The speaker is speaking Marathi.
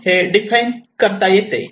हे डिफाइन करता येते